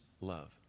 love